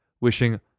wishing